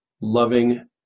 loving